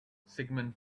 sigmund